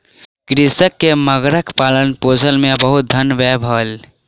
कृषक के मगरक पालनपोषण मे बहुत धन व्यय भेल